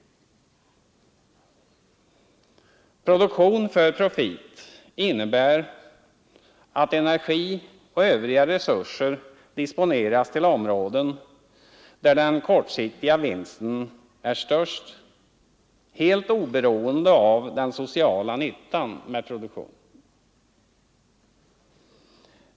Produktion för profit innebär att energi och övriga resurser disponeras till områden där den kortsiktiga vinsten är störst, helt oberoende av den sociala nyttan med produktionen.